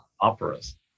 operas